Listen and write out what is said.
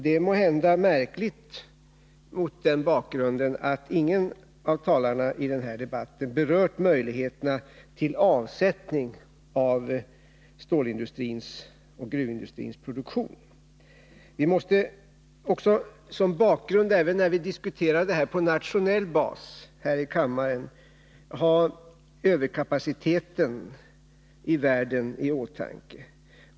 Det är mot den bakgrunden måhända märkligt att ingen av talarna i debatten berört möjligheterna till avsättning av ståloch gruvindustrins produktion. Man måste också som bakgrund till förhållandena — även när vi diskuterar den här frågan på nationell basis här i kammaren — ha överkapaciteten i världen i åtanke.